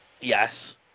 Yes